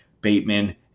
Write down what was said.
Bateman